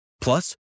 Plus